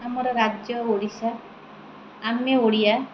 ଆମର ରାଜ୍ୟ ଓଡ଼ିଶା ଆମେ ଓଡ଼ିଆ